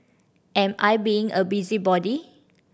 am I being a busybody